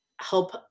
help